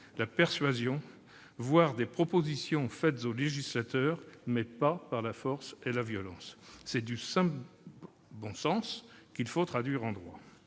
la persuasion, voire des propositions faites au législateur, mais pas par la force et la violence. C'est du simple bon sens, qu'il faut traduire en droit.